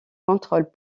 contrôlent